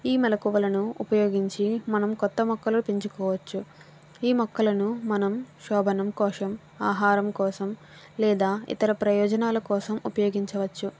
ఈ మెళుకువలను ఉపయోగించి మనం కొత్త మొక్కలు పెంచుకోవచ్చు ఈ మొక్కలను మనం శోభనం కోసం ఆహారం కోసం లేదా ఇతర ప్రయోజనాల కోసం ఉపయోగించవచ్చు